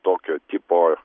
tokio tipo